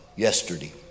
yesterday